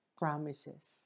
promises